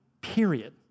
Period